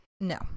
No